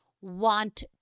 want